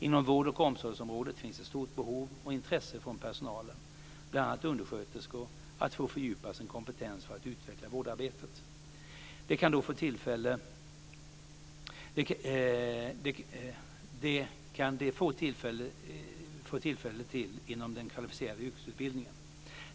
Inom vård och omsorgsområdet finns ett stort behov av och intresse för från personalen, bl.a. undersköterskor, att få fördjupa sin kompetens för att utveckla vårdarbetet. Det kan de få tillfälle till inom den kvalificerade yrkesutbildningen.